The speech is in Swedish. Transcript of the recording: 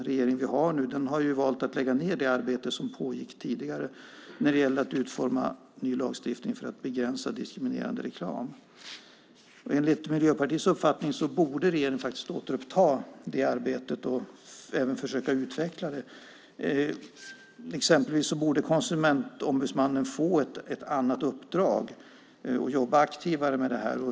Regeringen har valt att lägga ned det arbete som pågick tidigare när det gäller att begränsa diskriminerande reklam. Enligt Miljöpartiets uppfattning borde regeringen återuppta det arbetet och även försöka utveckla det. Exempelvis borde Konsumentombudsmannen få ett annat uppdrag att jobba aktivare med detta.